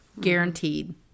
guaranteed